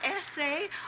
essay